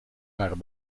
waren